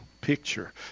picture